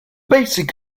basic